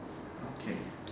okay